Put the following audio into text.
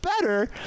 better